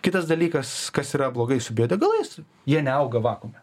kitas dalykas kas yra blogai su biodegalais jie neauga vakuume